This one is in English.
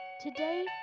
Today